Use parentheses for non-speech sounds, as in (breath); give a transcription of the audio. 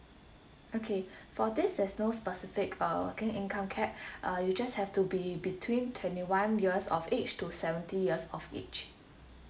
okay for this there's no specific uh working income cap (breath) uh you just have to be between twenty one years of age to seventy years of age